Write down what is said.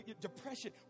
depression